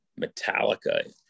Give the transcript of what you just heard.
Metallica